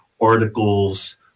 articles